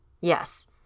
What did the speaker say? Yes